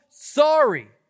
sorry